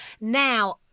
Now